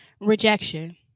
Rejection